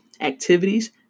activities